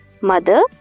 Mother